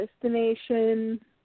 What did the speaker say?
destination